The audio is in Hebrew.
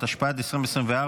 התשפ"ד 2024,